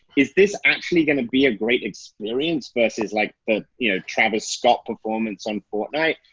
is this actually gonna be a great experience versus like ah you know travis scott performance on fortnight,